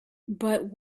but